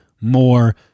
more